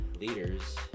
leaders